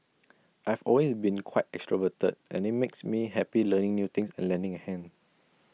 I've always been quite extroverted and IT makes me happy learning new things and lending A hand